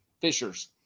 fishers